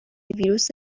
ویروس